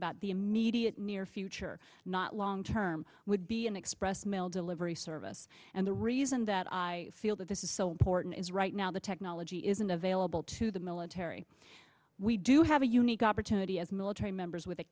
about the immediate near future not long term would be an express mail delivery service and the reason that i feel that this is so important is right now the technology isn't available to the military we do have a unique opportunity as military members with the